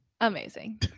Amazing